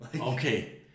Okay